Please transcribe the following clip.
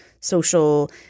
social